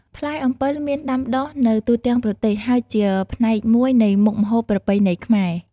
ផ្លែអំពិលមានដាំដុះនៅទូទាំងប្រទេស ហើយជាផ្នែកមួយនៃមុខម្ហូបប្រពៃណីខ្មែរ។